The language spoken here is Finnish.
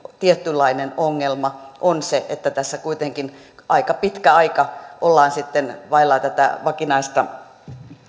tietynlainen ongelma on se että tässä kuitenkin aika pitkä aika ollaan sitten vailla tätä vakinaista